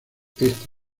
este